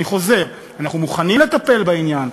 אני חוזר: אנחנו מוכנים לטפל בעניין,